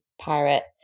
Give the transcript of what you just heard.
pirate